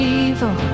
evil